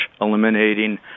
eliminating